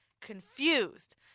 confused